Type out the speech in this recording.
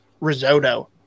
Risotto